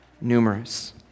numerous